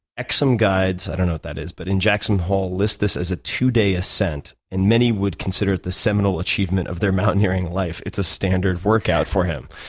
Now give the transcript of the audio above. exum guides i don't know what that is but in jackson hole list this as a two day ascent, and many would consider it the seminole achievement of their mountaineering life. it's a standard workout for him.